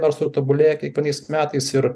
nors ir tobulėja kiekvienais metais ir